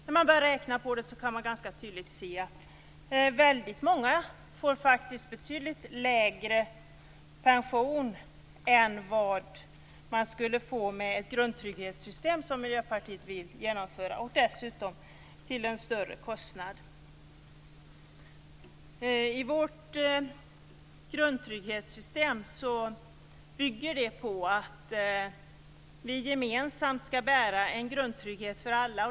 När man börjar räkna på det kan man ganska tydligt se att väldigt många får betydligt lägre pension än de skulle få med ett grundtrygghetssystem, som Miljöpartiet vill genomföra, dessutom till en större kostnad. Vårt grundtrygghetssystem bygger på att vi gemensamt skall bära en grundtrygghet för alla.